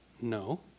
No